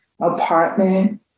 apartment